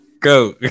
go